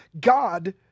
God